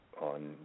on